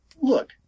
Look